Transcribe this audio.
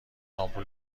آمپول